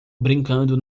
brincando